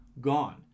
gone